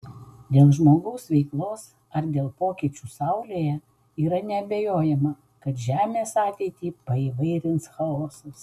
dėl žmogaus veiklos ar dėl pokyčių saulėje yra neabejojama kad žemės ateitį paįvairins chaosas